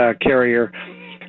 carrier